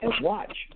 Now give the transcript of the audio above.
watch